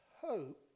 hope